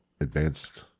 advanced